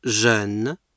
jeune